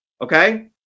Okay